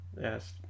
yes